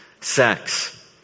sex